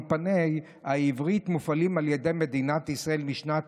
אולפני העברית מופעלים על ידי מדינת ישראל משנת